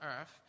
Earth